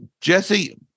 jesse